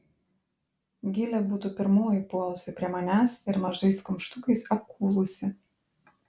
gilė būtų pirmoji puolusi prie manęs ir mažais kumštukais apkūlusi